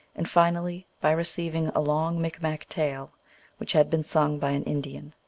and finally by receiving a long micmac tale which had been sung by an indian.